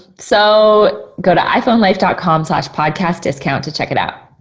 so go to iphonelife dot com slash podcastdiscount to check it out.